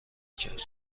کرد